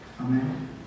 Amen